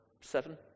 seven